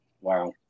wow